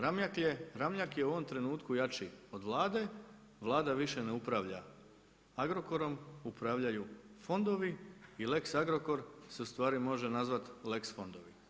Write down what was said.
Ramljak je u ovom trenutku jači od Vlade, Vlada više ne upravlja Agrokorom, upravljaju fondovi i lex Agrokor se u stvari može nazvati lex fondovi.